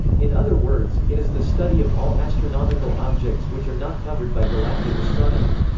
in other words, it is the study of all astronomical objects which are not covered by galactic astronomy.